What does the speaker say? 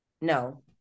No